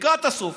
לקראת הסוף,